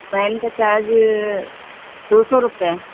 भैन का चार्ज दो सौ रुपये